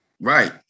Right